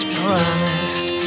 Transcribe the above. promised